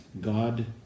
God